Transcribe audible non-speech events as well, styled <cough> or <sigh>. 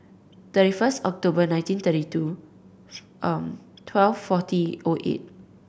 thirty first October nineteen thirty two <hesitation> twelve forty O eight